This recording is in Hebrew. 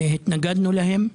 התנגדנו להם.